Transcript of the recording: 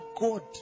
God